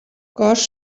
cost